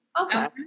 Okay